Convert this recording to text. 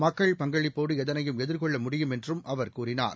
மக்கள் பங்களிப்போடு எதனையும் எதிர்கொள்ள முடியும் என்றும அவர் கூறினார்